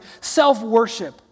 self-worship